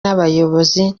n’abayobozi